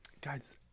Guys